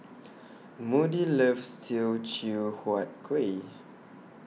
Moody loves Teochew Huat Kuih